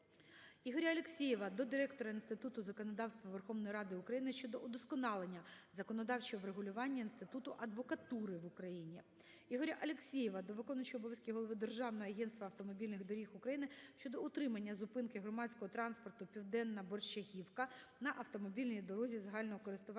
Ігоря Алексєєва до Директора Інституту законодавства Верховної Ради України щодо удосконалення законодавчого врегулювання інституту адвокатури в Україні. Ігоря Алексєєва до виконуючого обов'язки Голови Державного агентства автомобільних доріг України щодо утримання зупинки громадського транспорту "ПівденнаБорщагівка" на автомобільній дорозі загального користування